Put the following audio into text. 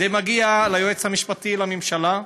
זה מגיע ליועץ המשפטי לממשלה,